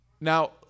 now